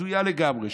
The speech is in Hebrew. הזויה לגמרי,